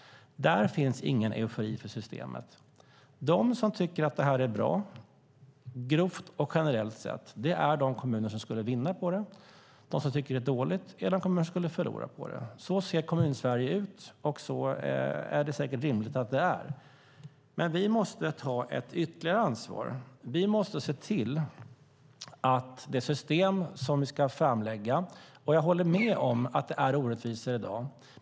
Där finns ingen eufori för systemet. De som tycker att detta är bra, generellt och grovt sett, är de kommuner som skulle vinna på det, och de som tycker att det är dåligt är de kommuner som skulle förlora på det. Så ser Kommunsverige ut, och så är det säkert rimligt att det är. Vi måste ta ett ytterligare ansvar när vi ska lägga fram ett system. Jag håller med om att det är orättvisor i dag.